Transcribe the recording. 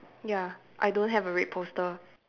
ya I don't have a red poster